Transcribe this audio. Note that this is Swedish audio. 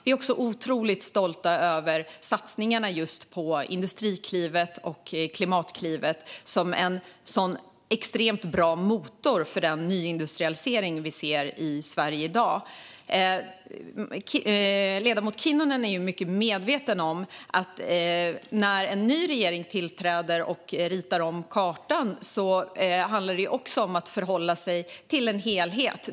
Vi är också otroligt stolta över satsningarna på Industriklivet och Klimatklivet, som var en extremt bra motor för den nyindustrialisering vi ser i Sverige i dag. Ledamoten Kinnunen är mycket medveten om att när en ny regering tillträder och ritar om kartan handlar det också om att förhålla sig till en helhet.